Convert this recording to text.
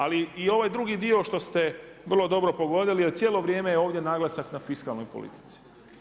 Ali i ovaj drugi dio što ste vrlo dobro pogodili je cijelo vrijeme ovdje naglasak na fiskalnoj politici.